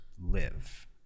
live